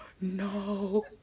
no